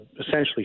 essentially